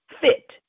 fit